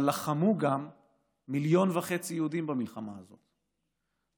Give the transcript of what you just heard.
אבל לחמו גם מיליון וחצי יהודים במלחמה הזאת,